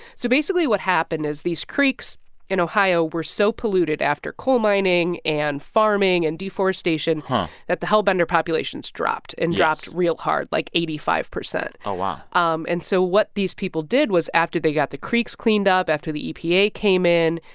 so basically what happened is these creeks in ohio were so polluted after coal mining and farming and deforestation that the hellbender populations dropped. yes. and dropped real hard like eighty five percent oh, wow um and so what these people did was after they got the creeks cleaned up after the epa came in,